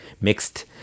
mixed